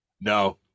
no